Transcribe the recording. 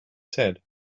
said